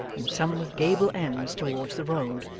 and some with gable ends towards the road,